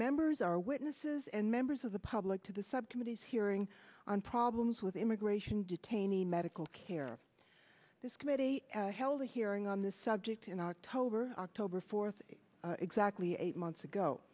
members are witnesses and members of the public to the subcommittees hearing on problems with immigration detainees medical care this committee held a hearing on this subject in october october fourth exactly eight months ago